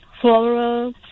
floral